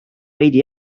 veidi